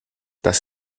das